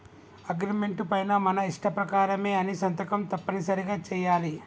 agreement పైన మన ఇష్ట ప్రకారమే అని సంతకం తప్పనిసరిగా చెయ్యాలి